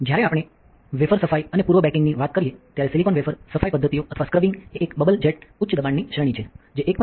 જ્યારે આપણે વેફર સફાઈ અને પૂર્વ બેકિંગની વાત કરીએ ત્યારે સિલિકોન વેફર સફાઈ પદ્ધતિઓ અથવા સ્ક્રબિંગ એ એક બબલ જેટ ઉચ્ચ દબાણની શ્રેણી છે જે 1